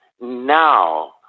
now